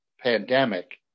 pandemic